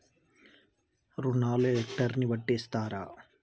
రుణాలు హెక్టర్ ని బట్టి ఇస్తారా?